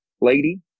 lady